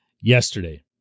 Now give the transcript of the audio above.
yesterday